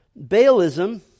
Baalism